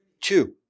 Two